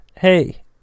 Hey